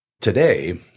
today